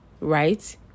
right